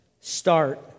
start